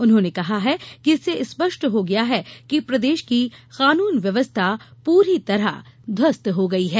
उन्होंने कहा है कि इससे स्पष्ट हो गया है कि प्रदेश की कानून व्यवस्था पूरी तरह ध्वस्त हो गयी है